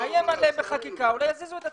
נאיים עליהם בחקיקה ואולי הם יזיזו את עצמם.